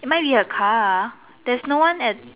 it might be a car there's no one at